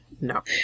No